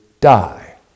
die